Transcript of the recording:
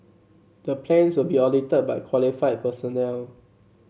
the plans will be audited by qualified personnel